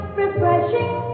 refreshing